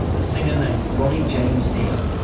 a singer named ronnie james dio.